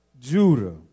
Judah